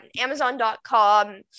amazon.com